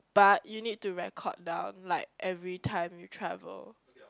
but you need to record down like every time you travel